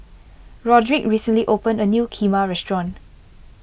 Roderick recently opened a new Kheema restaurant